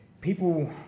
people